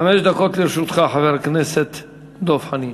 חמש דקות לרשותך, חבר הכנסת דב חנין.